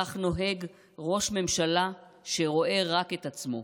כך נוהג ראש ממשלה שרואה רק את עצמו.